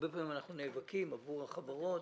הרבה פעמים אנחנו נאבקים עבור החברות